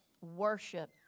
Worship